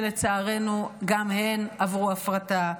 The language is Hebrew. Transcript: שלצערנו גם הן עברו הפרטה,